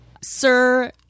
Sir